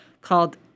called